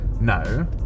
no